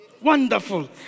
wonderful